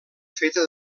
feta